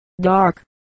dark